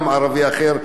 כולם ערבים,